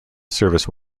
service